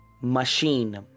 machine